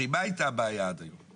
הרי מה הייתה הבעיה עד היום?